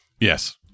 Yes